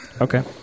Okay